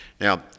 Now